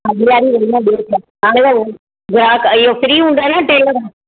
हा ॾियारी हुई न ॿियो छा हाणे ग्राहक इयो फ्री हूंदा न टेलर